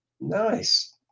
Nice